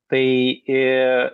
tai į